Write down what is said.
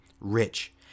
rich